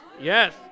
Yes